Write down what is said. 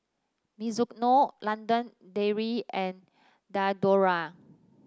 Mizuno London Dairy and Diadora